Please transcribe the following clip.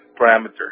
parameter